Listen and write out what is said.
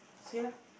say lah